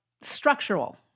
structural